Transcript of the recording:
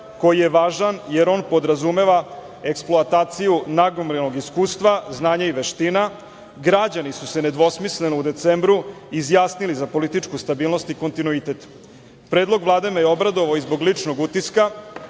koji je važan, jer on podrazumeva eksploataciju nagomilanog iskustva, znanja i veština. Građani su se nedvosmisleno u decembru izjasnili za političku stabilnosti i kontinuitet. Predlog Vlade me je obradovao i zbog ličnog utiska.